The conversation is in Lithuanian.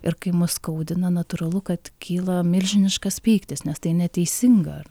ir kai mus skaudina natūralu kad kyla milžiniškas pyktis nes tai neteisinga ar